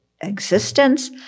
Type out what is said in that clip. existence